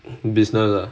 business ah